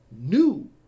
new